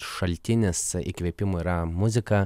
šaltinis įkvėpimo yra muzika